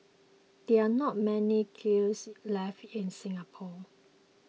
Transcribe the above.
there are not many kilns left in Singapore